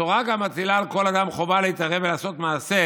התורה גם מטילה על כל אדם חובה להתערב ולעשות מעשה